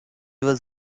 was